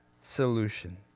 solution